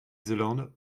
zélande